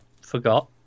forgot